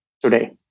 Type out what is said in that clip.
Today